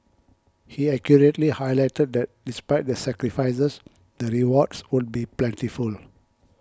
he accurately highlighted that despite the sacrifices the rewards would be plentiful